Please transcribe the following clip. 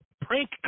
Prank